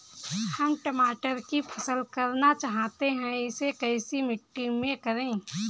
हम टमाटर की फसल करना चाहते हैं इसे कैसी मिट्टी में करें?